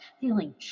feeling